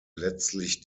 letztlich